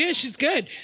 yeah she's good.